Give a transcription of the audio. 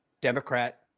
Democrat